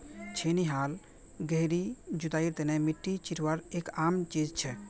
छेनी हाल गहरी जुताईर तने मिट्टी चीरवार एक आम चीज छे